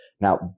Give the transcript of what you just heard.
Now